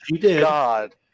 god